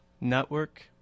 network